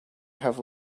have